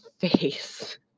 face